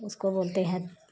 उसको बोलते हैं